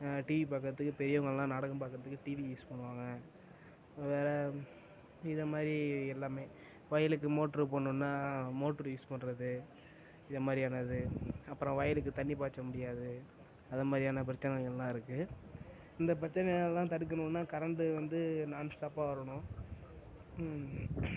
TV பாக்கிறதுக்கு பெரியவங்கள்லாம் நாடகம் பாக்கறதுக்கு டிவி யூஸ் பண்ணுவாங்க வேற இது மாதிரி எல்லாம் வயலுக்கு மோட்ரு போடணும்னா மோட்ரு யூஸ் பண்ணுறது இத மாரியானது அப்புறம் வயலுக்கு தண்ணிர் பாய்ச்ச முடியாது அது மாதிரியான பிரச்சனைகள்லாம் இருக்கு இந்த பிரச்சனையால தான் தடுக்கணும்னா கரண்ட்டு வந்து நான்ஸ்டாப்பாக வரணும்